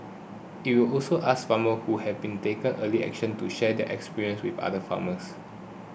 it will also ask farmers who have taken early action to share their experience with other farmers